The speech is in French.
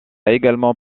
également